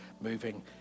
moving